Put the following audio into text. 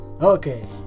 Okay